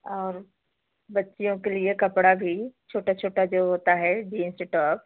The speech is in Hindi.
और बच्चियों के लिए कपड़ा भी छोटा छोटा जो होता है जीन्स टॉप